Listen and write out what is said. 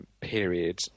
period